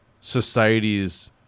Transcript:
society's